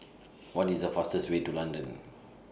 What IS The fastest Way to London